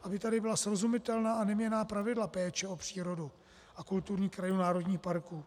Aby tady byla srozumitelná a neměnná pravidla péče o přírodu a kulturní krajinu národních parků.